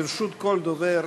לרשות כל דובר